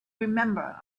remember